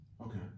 Okay